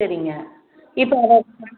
சரிங்க இப்போ அதை